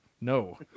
No